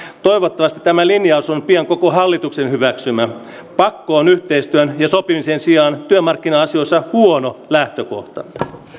toivottavasti tämä linjaus on pian koko hallituksen hyväksymä pakko yhteistyön ja sopimisen sijaan on työmarkkina asioissa huono lähtökohta